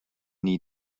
need